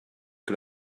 que